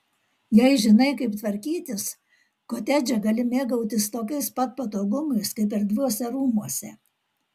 jei žinai kaip tvarkytis kotedže gali mėgautis tokiais pat patogumais kaip erdviuose rūmuose